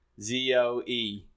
Z-O-E